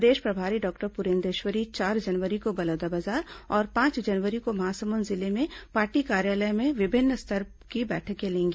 प्रदेश प्रभारी डी पुरेन्दश्वरी चार जनवरी को बलौदाबाजार और पांच जनवरी को महासमुंद जिले में पार्टी कार्यालय में विभिन्न स्तर की बैठकें लेंगी